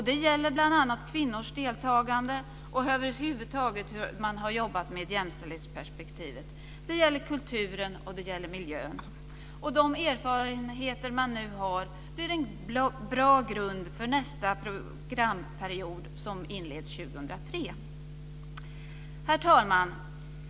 Det gäller bl.a. kvinnors deltagande, och över huvud taget hur man har jobbat med jämställdhetsperspektivet. Det gäller också kulturen och miljön. De erfarenheter som man nu har blir en bra grund för nästa programperiod som inleds 2003. Herr talman!